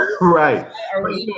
right